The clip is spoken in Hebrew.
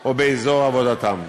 או באזור עבודתם.